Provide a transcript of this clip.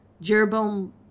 Jeroboam